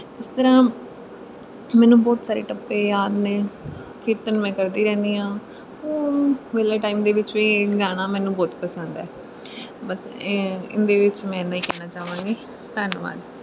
ਇਸ ਤਰ੍ਹਾਂ ਮੈਨੂੰ ਬਹੁਤ ਸਾਰੇ ਟੱਪੇ ਯਾਦ ਨੇ ਕੀਰਤਨ ਮੈਂ ਕਰਦੀ ਰਹਿੰਦੀ ਹਾਂ ਵਿਹਲੇ ਟਾਈਮ ਦੇ ਵਿੱਚ ਵੀ ਗਾਉਣਾ ਮੈਨੂੰ ਬਹੁਤ ਪਸੰਦ ਹੈ ਬਸ ਏਂ ਇਹਦੇ ਵਿੱਚ ਮੈਂ ਇੰਨਾ ਹੀ ਕਹਿਣਾ ਚਾਹਾਂਗੀ ਧੰਨਵਾਦ